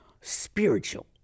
spiritual